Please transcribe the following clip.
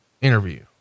interview